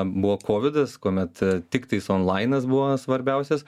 buvo kovidas kuomet tiktais onlainas buvo svarbiausias